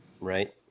right